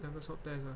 两个 swab test ah